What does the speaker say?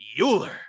Euler